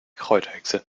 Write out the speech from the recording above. kräuterhexe